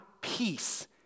peace